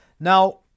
Now